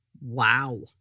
Wow